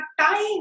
time